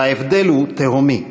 וההבדל הוא תהומי.